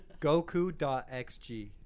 Goku.xg